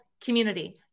community